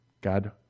God